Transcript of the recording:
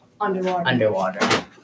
underwater